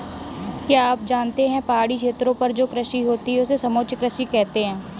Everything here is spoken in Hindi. क्या आप जानते है पहाड़ी क्षेत्रों पर जो कृषि होती है उसे समोच्च कृषि कहते है?